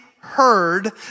heard